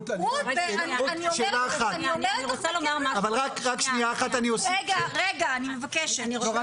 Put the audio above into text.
אני אומרת, אתה גם